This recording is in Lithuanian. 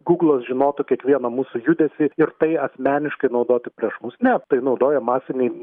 gūglas žinotų kiekvieną mūsų judesį ir tai asmeniškai naudotų prieš mus ne tai naudoja masiniai